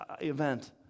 event